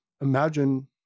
Imagine